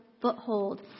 foothold